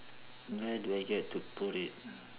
where do I get to put it